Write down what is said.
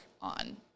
on